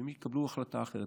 ואם יקבלו החלטה אחרת,